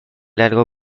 largo